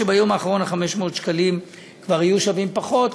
כי ביום האחרון 500 השקלים כבר יהיו שווים פחות.